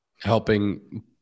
helping